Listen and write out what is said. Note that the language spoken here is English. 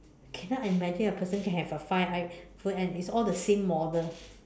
cannot imagine a person can have a five iPhone and it's all the same model